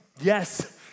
yes